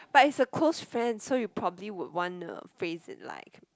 but it's a close friend so you probably would wanna phrase it like